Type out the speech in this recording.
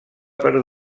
per